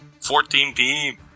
14p